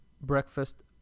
breakfast